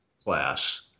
class